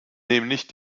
nämlich